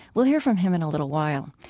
we'll hear from him in a little while.